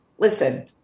Listen